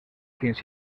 fins